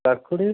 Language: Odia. କାକୁଡ଼ି